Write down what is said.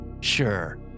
Sure